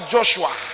Joshua